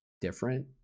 different